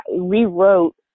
rewrote